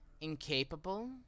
incapable